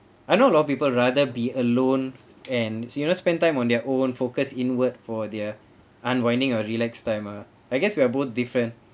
I know a lot of people rather be alone and serious spend time on their own focused inward for their unwinding or relax time ah I guess we are both different